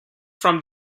from